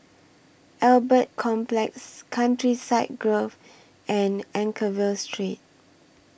Albert Complex Countryside Grove and Anchorvale Street